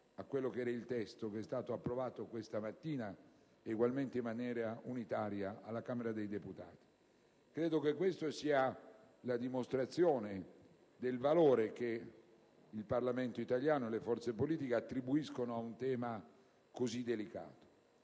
totalità, al testo che è stato approvato questa mattina, egualmente in maniera unitaria, alla Camera dei deputati. Credo che questa sia la dimostrazione del valore che il Parlamento italiano e le forze politiche attribuiscono ad un tema così delicato.